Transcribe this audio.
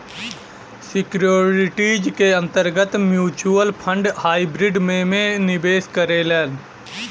securities के अंतर्गत mutual fund hybrid में में निवेश करेलन